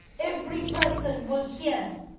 every person were here.